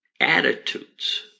attitudes